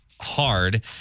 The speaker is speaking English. hard